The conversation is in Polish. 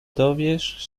dowiesz